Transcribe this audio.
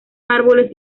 árboles